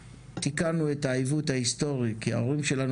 תיקנו את העיוות ההיסטורי כי ההורים שלנו